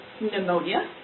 pneumonia